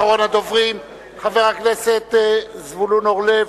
אחרון הדוברים הוא חבר הכנסת זבולון אורלב,